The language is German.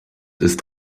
ist